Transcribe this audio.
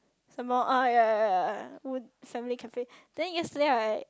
some more uh yeah yeah yeah yeah would family cafe then yesterday I